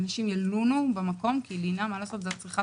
שאנשים ילונו במקום כי לינה זו צריכת